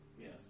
Yes